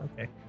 Okay